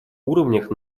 уровнях